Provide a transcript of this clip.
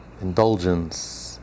indulgence